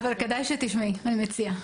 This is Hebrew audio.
אבל כדאי שתשמעי, אני מציעה.